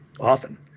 often